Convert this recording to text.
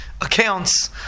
accounts